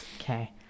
Okay